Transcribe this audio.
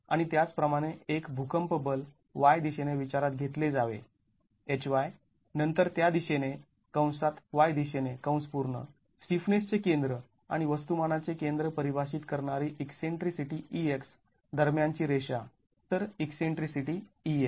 आणि त्याच प्रमाणे एक भूकंप बल y दिशेने विचारात घेतले जावे Hy नंतर त्या दिशेने y दिशेने स्टिफनेसचे केंद्र आणि वस्तुमानाचे केंद्र परिभाषित करणारी ईकसेंट्रीसिटी ex दरम्यानची रेषा तर ईकसेंट्रीसिटी ex